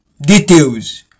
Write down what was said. Details